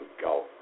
Go